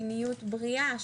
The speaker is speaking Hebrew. מיניות בריאה,